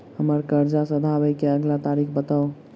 हम्मर कर्जा सधाबई केँ अगिला तारीख बताऊ?